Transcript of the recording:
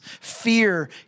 fear